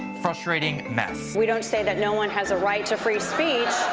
frustrating mess. we don't say that no one has a right to free speech.